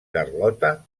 carlota